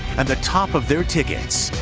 and the top of their tickets.